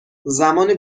زمان